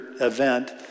event